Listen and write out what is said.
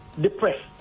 depressed